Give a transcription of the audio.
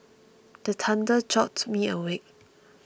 the thunder jolt me awake